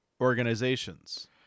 organizations